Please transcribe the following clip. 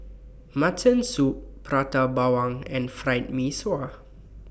Mutton Soup Prata Bawang and Fried Mee Sua